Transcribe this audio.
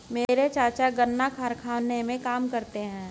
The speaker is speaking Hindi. मेरे चाचा गन्ना कारखाने में काम करते हैं